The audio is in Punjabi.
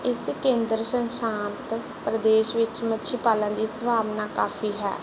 ਇਸ ਕੇਂਦਰ ਸ਼ਾਸਤ ਪ੍ਰਦੇਸ਼ ਵਿੱਚ ਮੱਛੀ ਪਾਲਣ ਦੀ ਸੰਭਾਵਨਾ ਕਾਫ਼ੀ ਹੈ